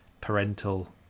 parental